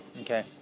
Okay